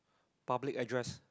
public address